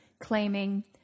claiming